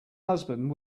husband